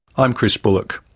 i'm chris bullock.